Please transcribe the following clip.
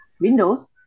windows